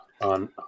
on